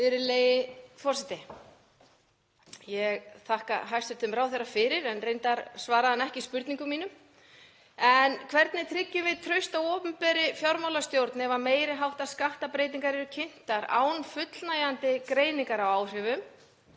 Virðulegi forseti. Ég þakka hæstv. ráðherra fyrir en reyndar svaraði hann ekki spurningum mínum. Hvernig tryggjum við traust á opinberri fjármálastjórn ef meiri háttar skattbreytingar eru kynntar án fullnægjandi greiningar á áhrifum,